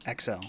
XL